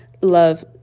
love